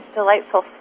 delightful